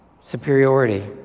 superiority